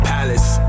Palace